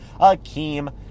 akeem